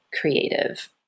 creative